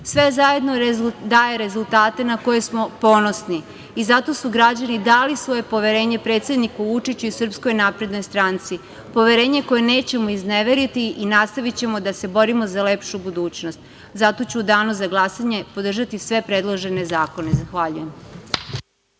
Sve zajedno daje rezultate na koje smo ponosni i zato su građani dali svoje poverenje predsedniku Vučiću i SNS. Poverenje koje nećemo izneveriti i nastavićemo da se borimo za lepšu budućnost, zato ću u danu za glasanje podržati sve predložene zakone. Zahvaljujem.